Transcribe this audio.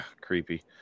creepy